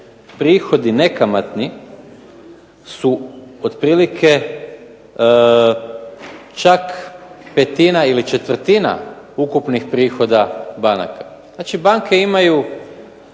prihodi nekamatni su otprilike čak petina ili četvrtina ukupnih prihoda banaka. Znači, banke imaju,